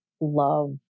love